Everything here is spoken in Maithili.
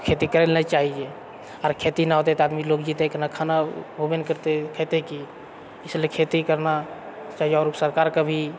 खेती करै लऽ नहि चाहैत छै आर खेती नहि होतै तऽ आदमी लोग जीतै केना खाना हेबे नहि करतै खेतै की इसलिए खेती करना चाही आओर सरकारके भी